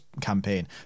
campaign